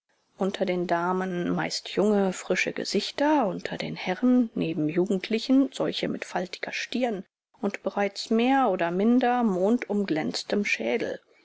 unter den damen meist junge frische gesichter unter den herren neben jugendlichen solche mit faltiger stirn und bereits mehr oder minder mondumglänztem schädel